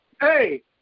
Hey